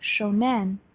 shonen